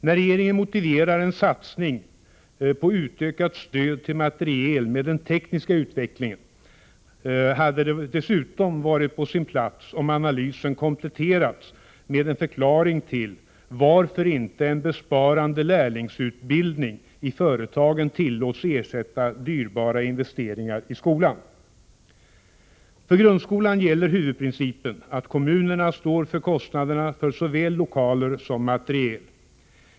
När regeringen motiverar en satsning på utökat stöd till materiel med den tekniska utvecklingen, hade det dessutom varit på sin plats om analysen kompletterats med en förklaring till att inte en besparande lärlingsutbildning i företagen tillåts ersätta dyrbara investeringar i skolan. För grundskolan gäller huvudprincipen att kommunerna står för kostnaderna för såväl lokaler som materiel.